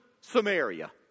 Samaria